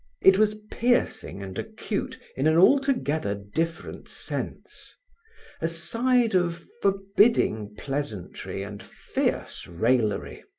it was piercing and acute in an altogether different sense a side of forbidding pleasantry and fierce raillery.